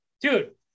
dude